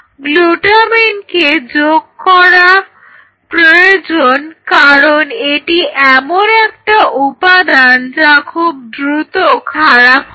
গ্লুটামিনকে যোগ করা প্রয়োজন কারণ এটা এমন একটা উপাদান যা খুব দ্রুত খারাপ হয়ে যায়